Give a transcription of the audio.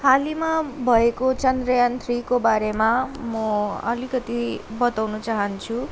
हालैमा भएको चन्द्रयान थ्रीको बारेमा म अलिकति बताउन चाहन्छु